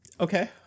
okay